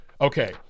okay